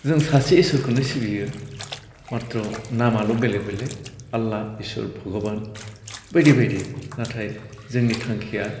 जों सासे इसोरखौनो सिबियो माट्र नामाल' बेलेक बेलेक आला इसोर भगबान बायदि बायदि नाथाइ जोंनि थांखिया